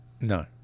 No